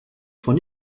von